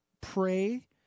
pray